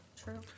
True